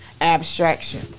Abstraction